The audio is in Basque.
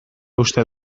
uste